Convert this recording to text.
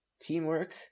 teamwork